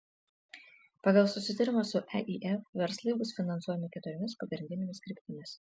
pagal susitarimą su eif verslai bus finansuojami keturiomis pagrindinėmis kryptimis